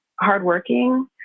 hardworking